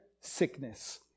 sickness